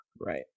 Right